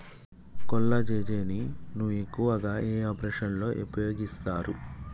కొల్లాజెజేని ను ఎక్కువగా ఏ ఆపరేషన్లలో ఉపయోగిస్తారు?